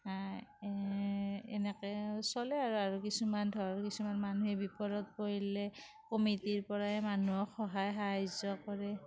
এনেকে চলে আৰু আৰু কিছুমান ধৰ কিছুমান মানুহে বিপদত পৰিলে কমিটিৰ পৰায়ে মানুহক সহায় সাহাৰ্য্য কৰে